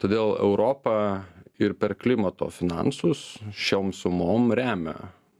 todėl europa ir per klimato finansus šiom sumom remia